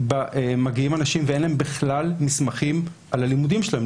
מגיעים אנשים ואין להם בכלל מסמכים על הלימודים שלהם,